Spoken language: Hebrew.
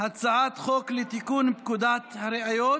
הצעת חוק לתיקון פקודת הראיות